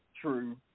True